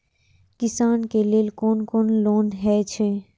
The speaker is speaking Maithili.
किसान के लेल कोन कोन लोन हे छे?